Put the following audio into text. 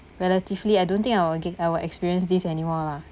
relatively I don't think I will again I will experience this anymore lah